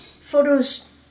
photos